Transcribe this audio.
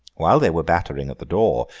while they were battering at the door,